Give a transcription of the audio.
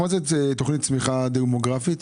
תוכנית צמיחה דמוגרפית?